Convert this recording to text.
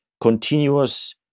continuous